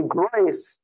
grace